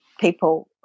people